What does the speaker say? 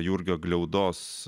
jurgio gliaudos